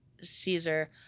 Caesar